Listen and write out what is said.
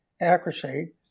accuracy